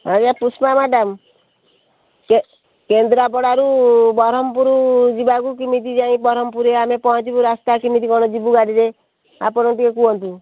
ଆଜ୍ଞା ପୁଷ୍ପା ମ୍ୟାଡ଼ାମ୍କେ କେନ୍ଦ୍ରାପଡ଼ାରୁ ବ୍ରହ୍ମପୁର ଯିବାକୁ କେମିତି ଯାଇ ବ୍ରହ୍ମପୁରେ ଆମେ ଯାଇ ପହଞ୍ଚିବୁ ରାସ୍ତା କେମିତି କ'ଣ ଯିବୁ ଗାଡ଼ିରେ ଆପଣ ଟିକିଏ କୁହନ୍ତୁ